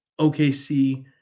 OKC